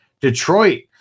Detroit